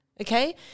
Okay